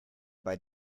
bei